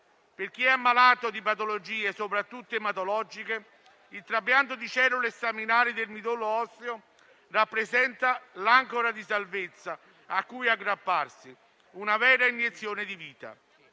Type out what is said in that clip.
Per chi è ammalato di patologie, soprattutto ematologiche, il trapianto di cellule staminali del midollo osseo rappresenta l'ancora di salvezza cui aggrapparsi, una vera iniezione di vita.